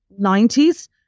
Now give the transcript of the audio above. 90s